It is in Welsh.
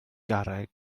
garreg